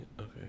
Okay